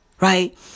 Right